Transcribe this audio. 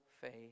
faith